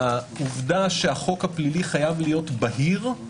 העובדה שהחוק הפלילי חייב להיות בהיר,